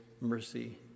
mercy